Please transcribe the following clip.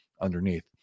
underneath